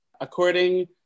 According